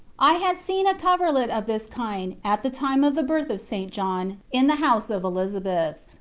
i had seen a coverlet of this kind at the time of the birth of st. john, in the house of elizabeth.